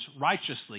righteously